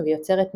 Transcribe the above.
וכמה